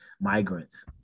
migrants